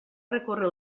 recórrer